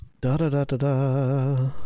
Da-da-da-da-da